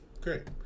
great